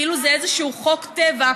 כאילו זה איזה חוק טבע.